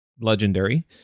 Legendary